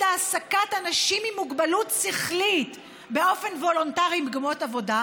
העסקת אנשים עם מוגבלות שכלית באופן וולונטרי במקומות עבודה,